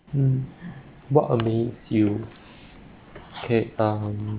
mm what amaze you okay um